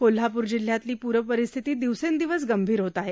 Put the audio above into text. कोल्हापूर जिल्ह्यातली पूर परिस्थिती दिवसेंदिवस गंभीर होत आहे